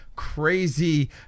Crazy